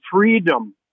freedom